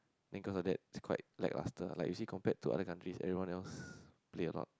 then cause of that is quite lackluster like you see compared to other countries everyone else play a lot